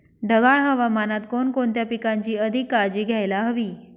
ढगाळ हवामानात कोणकोणत्या पिकांची अधिक काळजी घ्यायला हवी?